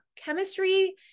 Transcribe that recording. Chemistry